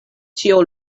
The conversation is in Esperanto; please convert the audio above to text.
ĉio